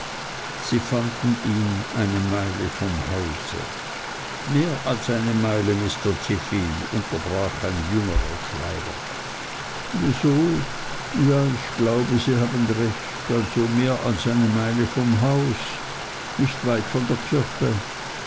sie fanden ihn eine meile vom hause mehr als eine meile mr tiffey unterbrach ein jüngerer schreiber so ja ich glaube sie haben recht also mehr als eine meile vom hause nicht weit von der kirche